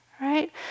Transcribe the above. right